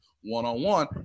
one-on-one